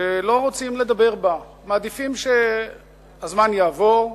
שלא רוצים לדבר בה, מעדיפים שהזמן יעבור,